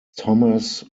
thomas